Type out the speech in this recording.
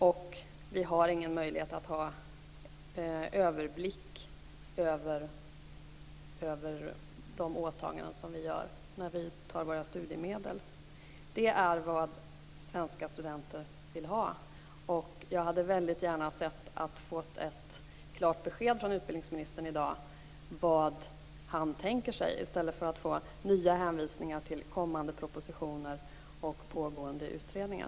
Vi har inte heller någon möjlighet att få överblick över de åtaganden vi gör när vi tar studiemedel. Det är vad svenska studenter vill ha. Jag hade gärna sett att vi hade fått ett klart besked från utbildningsministern i dag om vad han tänker sig, i stället för nya hänvisningar till kommande propositioner och pågående utredningar.